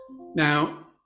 now